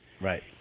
Right